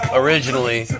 originally